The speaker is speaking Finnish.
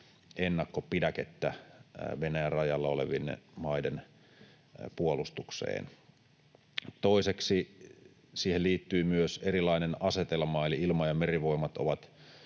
ennakkopidäkettä Venäjän rajalla olevien maiden puolustukseen. Toiseksi siihen liittyy myös erilainen asetelma. Ilma- ja merivoimat ovat